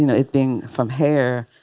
you know it being from hair,